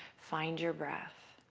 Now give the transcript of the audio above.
find your breath.